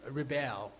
rebel